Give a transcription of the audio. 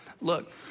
Look